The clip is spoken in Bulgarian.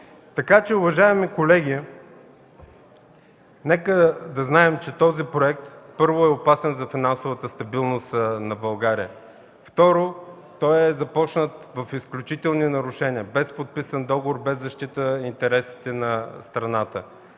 коалиция. Уважаеми колеги, нека да знаем, че този проект, първо, е опасен за финансовата стабилност на България. Второ, той е започнат в изключителни нарушения – без подписан договор, без защита на интересите на страната.